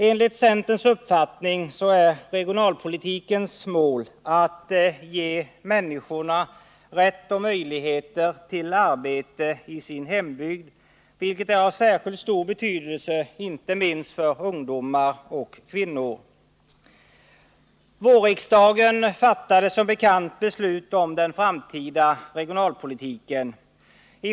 Enligt centerns uppfattning är regionalpolitikens mål att ge människorna rätt och möjlighet till arbete i sin hembygd, vilket är av särskilt stor betydelse för ungdomar och kvinnor. Riksdagen fattade som bekant i våras beslut om den framtida regionalpolitiken.